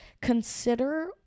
consider